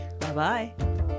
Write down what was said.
Bye-bye